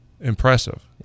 impressive